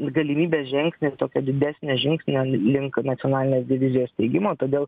galimybės žengti tokio didesnio žingsnio link nacionalinės divizijos steigimo todėl